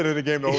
and the game to